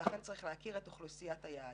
ולכן צריך להכיר את אוכלוסיית היעד.